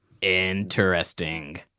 Interesting